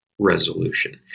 resolution